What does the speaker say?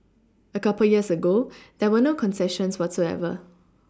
a couple years ago there were no concessions whatsoever